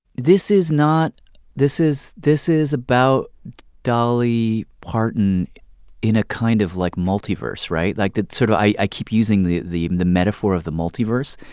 this is not this is this is about dolly parton in a kind of, like, multiverse, right? like, that sort of i keep using the the metaphor of the multiverse.